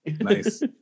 Nice